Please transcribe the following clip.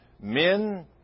men